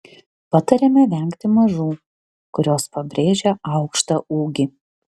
patariama vengti mažų kurios pabrėžia aukštą ūgį